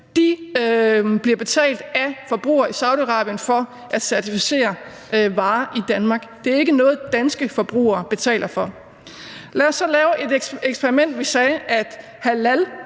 bliver betalt af forbrugere i Saudi-Arabien for at certificere varer i Danmark. Det er ikke noget, danske forbrugere betaler for. Lad os så lave et eksperiment, der sagde, at vi